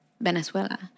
Venezuela